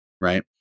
Right